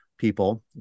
People